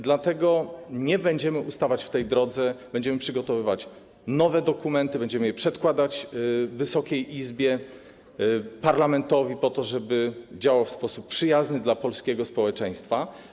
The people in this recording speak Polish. Dlatego nie będziemy ustawać w tej drodze, będziemy przygotowywać nowe dokumenty, będziemy je przedkładać Wysokiej Izbie, parlamentowi po to, żeby działały w sposób przyjazny dla polskiego społeczeństwa.